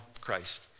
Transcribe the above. Christ